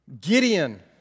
Gideon